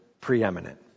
preeminent